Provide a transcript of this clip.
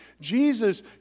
Jesus